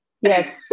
Yes